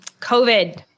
COVID